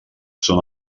són